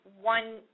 one